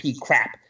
crap